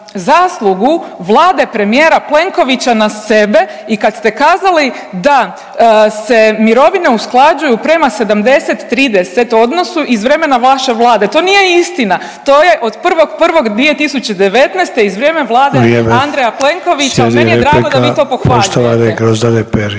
zaslugu vlade premijera Plenkovića na sebe i kad ste kazali da se mirovine usklađuju prema 70-30 odnosu iz vremena vaše vlade. To nije istina. To je od 1.1.2019. iz vrijeme vlade Andreja .../Upadica: Vrijeme. Slijedi replika…